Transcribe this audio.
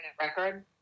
record